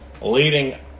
Leading